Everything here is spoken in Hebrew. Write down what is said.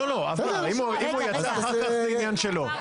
לא, לא, יצא אחר כך זה עניין שלו.